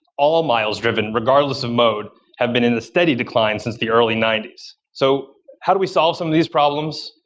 all miles driven regardless of mode, have been in a steady decline since the early ninety s. so how do we solve some of these problems?